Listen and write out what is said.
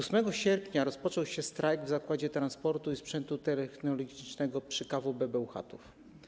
8 sierpnia rozpoczął się strajk w Zakładzie Transportu i Sprzętu Technologicznego przy KWB Bełchatów.